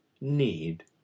need